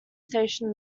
station